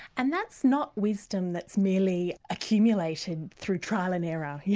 and that's not wisdom that's merely accumulated through trial and error, you